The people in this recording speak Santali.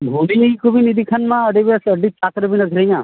ᱵᱷᱩᱫᱱᱤ ᱠᱚᱵᱤᱱ ᱤᱫᱤ ᱠᱷᱟᱱᱢᱟ ᱟᱹᱰᱤ ᱵᱮᱥ ᱟᱹᱰᱤ ᱛᱟᱠ ᱨᱮᱵᱤᱱ ᱟᱹᱠᱷᱨᱤᱧᱟ